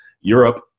Europe